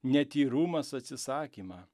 netyrumas atsisakymą